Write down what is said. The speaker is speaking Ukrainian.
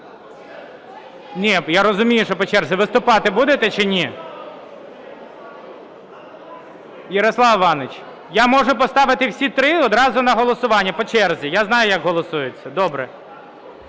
я розумію, що по черзі. Виступати будете чи ні? Ярославе Івановичу, я можу поставити всі три одразу на голосування по черзі? Я знаю як голосується. Добре.